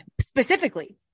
Specifically